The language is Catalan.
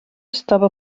estava